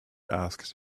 asked